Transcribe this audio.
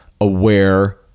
aware